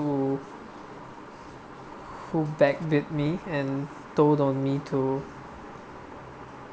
who bad with me and told me to